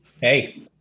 Hey